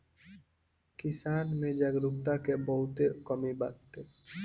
किसान में जागरूकता के बहुते कमी बाटे